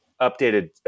updated